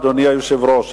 אדוני היושב-ראש,